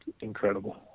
incredible